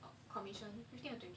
um commission fifteen or twenty I forgot